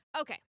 okay